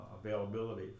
availability